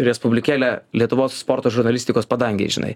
respublikėlę lietuvos sporto žurnalistikos padangėj žinai